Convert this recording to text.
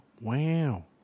wow